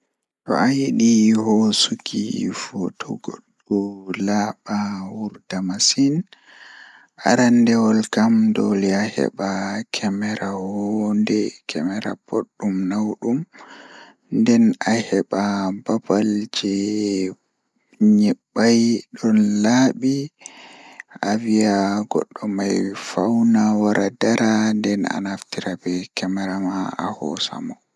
To ayiɗi hoosuki footo goɗɗo laaɓa laaɓa wurta masin aranndewol kam doole aheɓa kemera woonde kemera boɗɗum nawɗum nden aheɓa babal je'i nyiɓɓi ɗon laaɓi nden ayiya goɗɗo man fawna Dara nden anaftira be kemera man ahoosa mo.